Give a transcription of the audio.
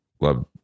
love